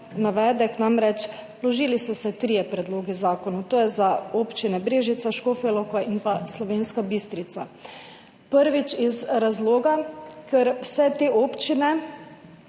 navedek, namreč vložili so se trije predlogi zakonov, to je za občine Brežice, Škofja Loka in Slovenska Bistrica. Prvič zato, ker se vse te občine